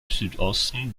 südosten